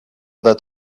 that